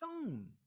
stone